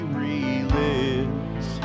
relives